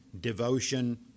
devotion